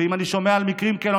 ואם אני שומע על מקרים כאלה,